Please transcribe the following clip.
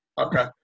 Okay